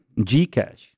Gcash